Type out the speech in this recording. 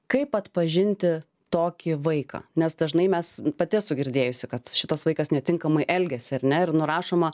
kaip atpažinti tokį vaiką nes dažnai mes pati esu girdėjusi kad šitas vaikas netinkamai elgiasi ar ne ir nurašoma